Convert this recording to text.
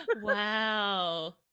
Wow